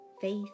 Faith